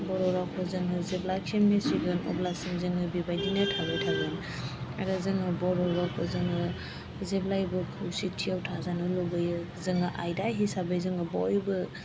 बर' रावखौ जोङो जेब्लासिम मिथिगोन अब्लासिम जोङो बेबायदिनो थाबाय थागोन आरो जोङो बर' रावखौ जोङो जेब्लायबो खौसेथियाव थाजानो लुबैयो जोङो आयदा हिसाबै जोङो बयबो